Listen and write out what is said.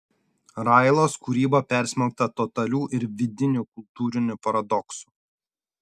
railos kūryba persmelkta totalių ir vidinių kultūrinių paradoksų